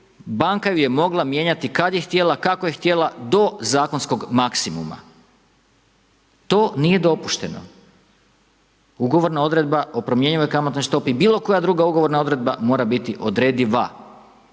banka ju je mogla mijenjati kad je htjela, kako je htjela do zakonskog maksimuma. To nije dopušteno. Ugovorna odredba o promjenjivoj kamatnoj stopi ili bilo koja druga ugovorna odredba mora biti odrediva.